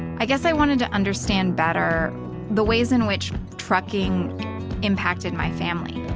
i guess i wanted to understand better the ways in which trucking impacted my family,